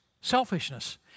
Selfishness